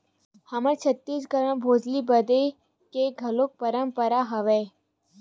हमर छत्तीसगढ़ म भोजली बदे के घलोक परंपरा हवय